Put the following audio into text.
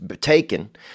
taken